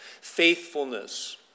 Faithfulness